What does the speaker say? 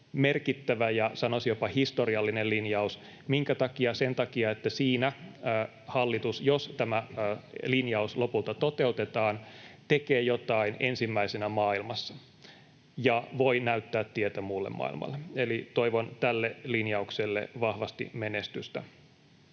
merkittävä ja sanoisin jopa historiallinen linjaus. Minkä takia? Sen takia, että siinä hallitus, jos tämä linjaus lopulta toteutetaan, tekee jotain ensimmäisenä maailmassa ja voi näyttää tietä muulle maailmalle. Eli toivon tälle linjaukselle vahvasti menestystä.